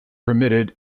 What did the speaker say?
permitted